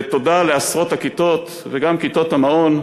ותודה לעשרות הכיתות, וגם כיתות המעון,